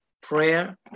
prayer